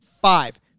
five